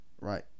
Right